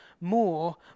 more